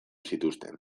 zituzten